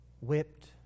whipped